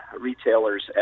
retailers